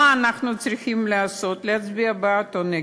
מה אנחנו צריכים לעשות: להצביע בעד או נגד.